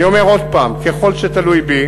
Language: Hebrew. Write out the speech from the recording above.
אני אומר עוד הפעם, ככל שזה תלוי בי,